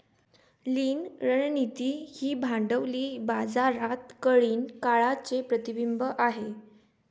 लीन रणनीती ही भांडवली बाजारातील कठीण काळाचे प्रतिबिंब आहे